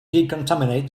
decontaminate